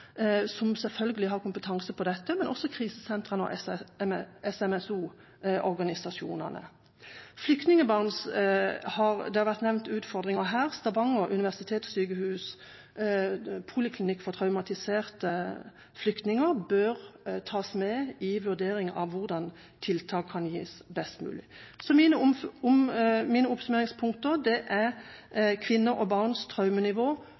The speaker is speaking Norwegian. som selvfølgelig har kompetanse innen dette, og også med krisesentrene og SMSO-organisasjonene. Utfordringer for flyktningbarn har vært nevnt. Stavanger universitetssykehus’ poliklinikk for traumatiserte flyktninger bør tas med i vurderinga av hvordan det kan gis best mulige tiltak. Mine oppsummeringspunkter er: Kvinner og barns traumenivå